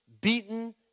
beaten